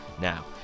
now